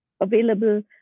available